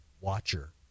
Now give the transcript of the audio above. watcher